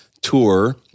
tour